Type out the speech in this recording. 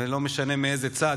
ולא משנה מאיזה צד.